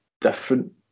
different